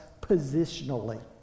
positionally